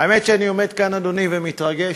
האמת, שאני עומד כאן, אדוני, ומתרגש.